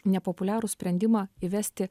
nepopuliarų sprendimą įvesti